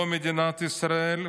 לא מדינת ישראל,